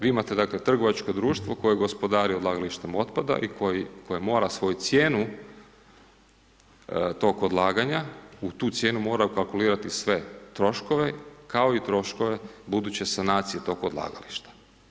Vi imate dakle trgovačko društvo koje gospodari odlagalištem otpada i koje mora svoju cijenu tog odlaganja, u tu cijenu mora ukalkulirati sve troškove kao i troškove buduće sanacije tog odlagališta.